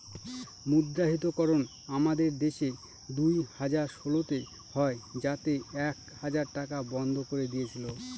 মুদ্রাহিতকরণ আমাদের দেশে দুই হাজার ষোলোতে হয় যাতে এক হাজার টাকা বন্ধ করে দিয়েছিল